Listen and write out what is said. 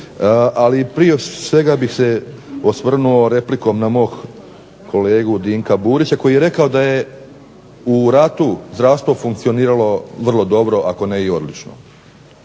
ali prije svega bih se osvrnuo replikom na mog kolegu Dinka Burića koji je rekao da je u ratu zdravstvo funkcioniralo vrlo dobro, ako ne i odlično.